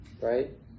right